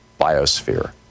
biosphere